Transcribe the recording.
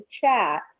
chat